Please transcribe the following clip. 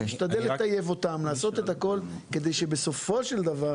נשתדל לטייב אותן ולעשות את הכל כדי שבסופו של דבר